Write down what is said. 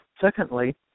Secondly